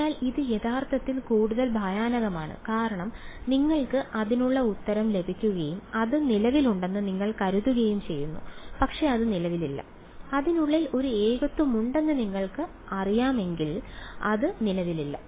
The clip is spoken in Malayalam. അതിനാൽ ഇത് യഥാർത്ഥത്തിൽ കൂടുതൽ ഭയാനകമാണ് കാരണം നിങ്ങൾക്ക് അതിനുള്ള ഉത്തരം ലഭിക്കുകയും അത് നിലവിലുണ്ടെന്ന് നിങ്ങൾ കരുതുകയും ചെയ്യുന്നു പക്ഷേ അത് നിലവിലില്ല അതിനുള്ളിൽ ഒരു ഏകത്വമുണ്ടെന്ന് നിങ്ങൾക്കറിയുമ്പോൾ അത് നിലവിലില്ല